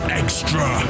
extra